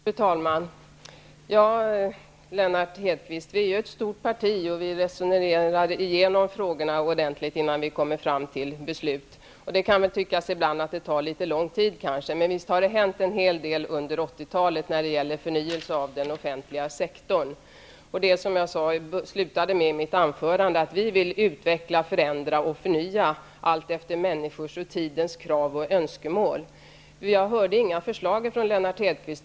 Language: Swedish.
Fru talman! Vi är ett stort parti, Lennart Hedquist, och vi resonerar igenom frågorna ordentligt innan vi kommer fram till beslut. Det kan tyckas ibland att det tar litet lång tid. Men visst har det hänt en hel del under 80-talet när det gäller förnyelse av den offentliga sektorn. Vi vill, som jag avslutade mitt anförande, utveckla, förändra och förnya, allt efter människors och tidens krav och önskemål. Jag hörde inga förslag från Lennart Hedquist.